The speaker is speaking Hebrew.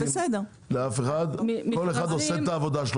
כל אחד עושה את העבודה שלו.